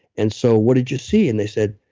and so, what did you see? and they said,